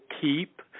Keep